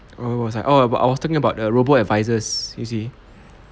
oh what's that oh but I was talking about robo advisers you see